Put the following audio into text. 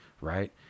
Right